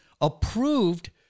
approved